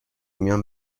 میان